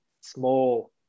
small